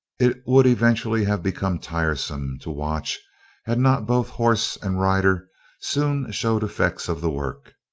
it would eventually have become tiresome to watch had not both horse and rider soon showed effects of the work.